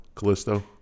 Callisto